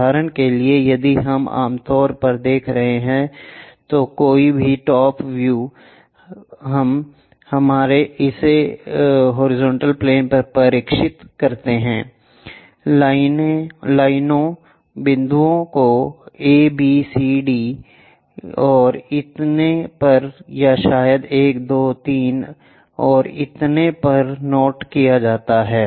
उदाहरण के लिए यदि हम आम तौर पर देख रहे हैं तो कोई भी टॉप व्यूहम इसे हॉरिजॉन्टल प्लेन में प्रक्षेपित करते हैं लाइनों बिंदुओं को A B C D और इतने पर या शायद 1 2 3 और इतने पर नोट किया जाता है